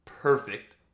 Perfect